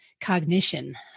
cognition